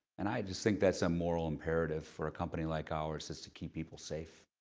and i just think that's a moral imperative for a company like ours is to keep people safe.